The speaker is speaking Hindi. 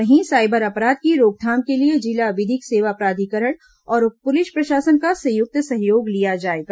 वहीं साइबर अपराध की रोकथाम के लिए जिला विधिक सेवा प्राधिकरण और पुलिस प्रशासन का संयुक्त सहयोग लिया जाएगा